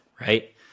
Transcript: right